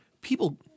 people